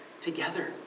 Together